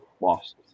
lost